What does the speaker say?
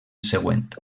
següent